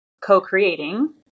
co-creating